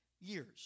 years